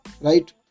Right